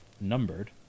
numbered